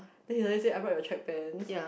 then he only said I brought your track pants